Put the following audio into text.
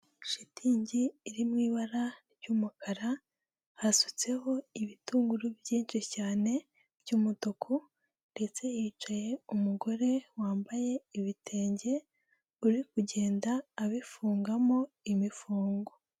Shitingi iri mu ibara ry'umukara hasutseho ibitunguru byinshi cyane by'umutuku, ndetse hicaye umugore wambaye ibitenge uri kugenda abifungamo imifungo.